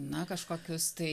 na kažkokius tai